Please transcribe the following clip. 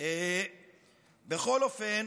בכל אופן,